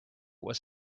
was